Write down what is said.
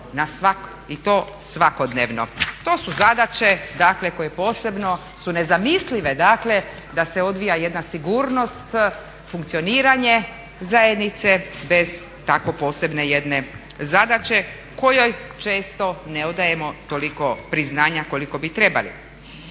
i to svakodnevno. To su zadaće koje posebno su nezamislive dakle da se odvija jedna sigurnost, funkcioniranje zajednice bez tako posebne jedne zadaće kojoj često ne odajemo toliko priznanja koliko bi trebali.